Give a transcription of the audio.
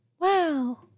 Wow